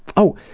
oh!